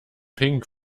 pink